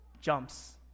jumps